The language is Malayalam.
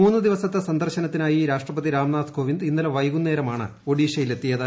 മൂന്ന് ദിവസത്തെ സന്ദർശനത്തിനായി രാഷ്ട്രപതി രാം നാഥ് കോവിന്ദ് ഇന്നലെ വൈകുന്നേരമാണ് ഒഡീഷയിലെത്തിയത്